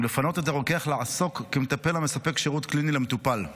ולפנות את הרוקח לעסוק כמטפל המספק שירות קליני למטופל.